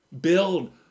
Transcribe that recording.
Build